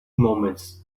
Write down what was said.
moments